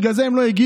בגלל זה הם לא הגיעו.